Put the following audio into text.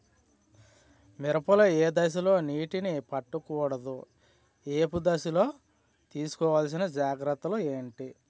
మిరప లో ఏ దశలో నీటినీ పట్టకూడదు? ఏపు దశలో తీసుకోవాల్సిన జాగ్రత్తలు ఏంటి?